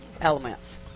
Elements